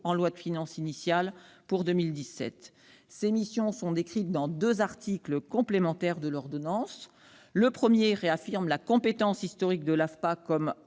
en loi de finances initiale pour 2017. Ces missions sont décrites dans deux articles complémentaires de l'ordonnance. Le premier réaffirme la compétence historique de l'AFPA comme